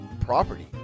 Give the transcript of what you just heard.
property